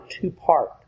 two-part